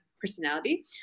Personality